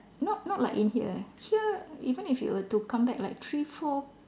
not not like in here eh here even if you were to come back like three four